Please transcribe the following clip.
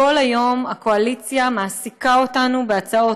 כל היום הקואליציה מעסיקה אותנו בהצעות